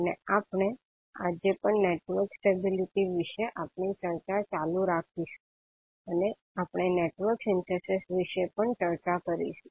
અને આપણે આજે પણ નેટવર્ક સ્ટેબિલિટી વિશે આપણી ચર્ચા ચાલુ રાખીશું અને આપણે નેટવર્ક સિન્થેસિસ વિશે પણ ચર્ચા કરીશું